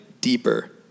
deeper